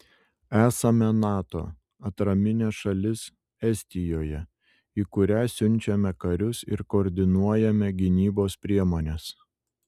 esame nato atraminė šalis estijoje į kurią siunčiame karius ir koordinuojame gynybos priemones